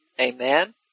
amen